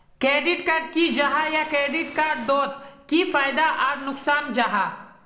Credit की जाहा या क्रेडिट कार्ड डोट की फायदा आर नुकसान जाहा?